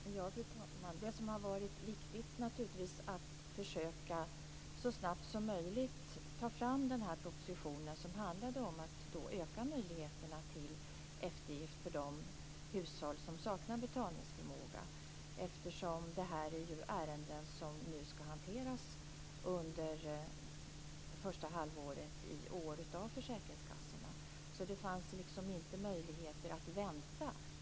Fru talman! Det har varit viktigt att försöka att ta fram den här propositionen så snabbt som möjligt. Det handlar om att öka möjligheterna till eftergift för de hushåll som saknar betalningsförmåga. Detta är ärenden som nu skall hanteras under första halvåret i år av försäkringskassorna. Det fanns inte möjlighet att vänta.